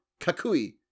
kakui